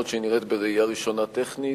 אף-על-פי שבראייה ראשונה היא נראית טכנית,